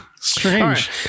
Strange